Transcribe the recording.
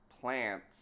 plants